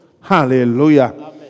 Hallelujah